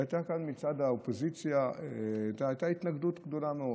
והייתה כאן מצד האופוזיציה התנגדות גדולה מאוד.